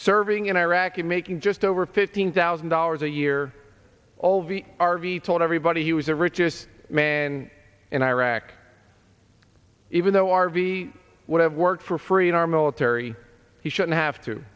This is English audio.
serving in iraq and making just over fifteen thousand dollars a year all the r v told everybody he was a richest man in iraq even though r v would have worked for free in our military he shouldn't have to